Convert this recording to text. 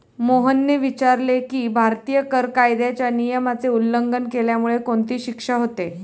मोहनने विचारले की, भारतीय कर कायद्याच्या नियमाचे उल्लंघन केल्यामुळे कोणती शिक्षा होते?